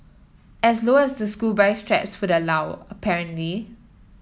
as low as the school bag straps would allow apparently